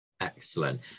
Excellent